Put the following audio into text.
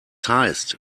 heißt